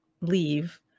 leave